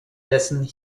dessen